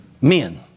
men